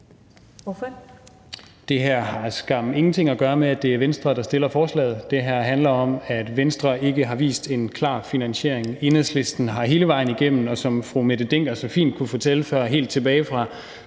Det her har skam ingenting at gøre med, at det er Venstre, der har fremsat forslaget. Det her handler om, at Venstre ikke har vist en klar finansiering. Enhedslisten har hele vejen igennem, helt tilbage fra 2011, som fru Mette Hjermind Dencker så fint kunne fortælle før, ved hr.